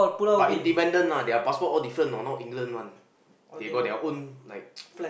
but independent you know their passport all different you know not England one they got their own like